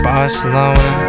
Barcelona